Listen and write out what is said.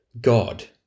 God